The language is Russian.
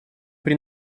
при